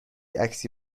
عکسی